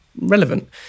relevant